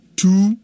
two